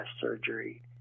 surgery